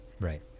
right